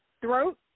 throat